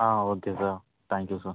ah okay sir thank you sir